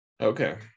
Okay